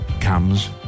comes